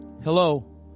Hello